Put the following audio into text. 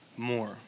more